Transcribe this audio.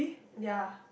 ya